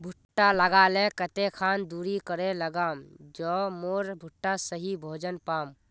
भुट्टा लगा ले कते खान दूरी करे लगाम ज मोर भुट्टा सही भोजन पाम?